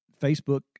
facebook